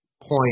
point